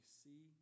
see